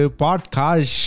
podcast